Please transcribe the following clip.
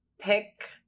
pick